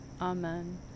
Amen